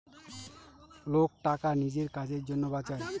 লোক টাকা নিজের কাজের জন্য বাঁচায়